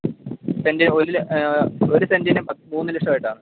സെൻറിന് ഒരു ഒരു സെൻറിന് മൂന്നു ലക്ഷമായിട്ടാണ്